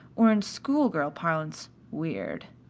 or in schoolgirl parlance weird.